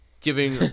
Giving